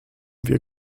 wir